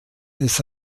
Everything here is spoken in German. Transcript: des